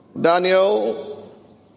Daniel